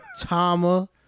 Tama